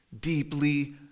Deeply